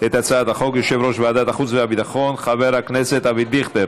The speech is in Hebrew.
את הצעת החוק יושב-ראש ועדת החוץ והביטחון חבר הכנסת אבי דיכטר.